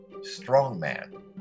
strongman